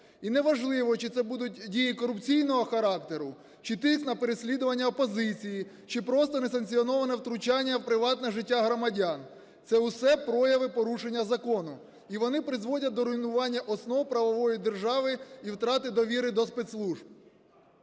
і неважливо, чи це будуть дії корупційного характеру, чи тиск на переслідування опозиції, чи просто несанкціоноване втручання в приватне життя громадян. Це усе прояви порушення закону, і вони призводять до руйнування основ правової держави і втрати довіри до спецслужб.